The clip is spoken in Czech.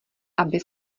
aby